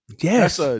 Yes